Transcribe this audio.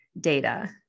data